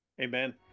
amen